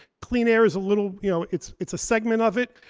clean air is a little, you know it's it's a segment of it.